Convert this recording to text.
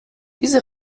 diese